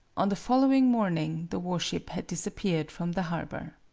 on the following morning the war-ship had disappeared from the harbor.